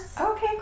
Okay